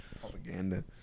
Propaganda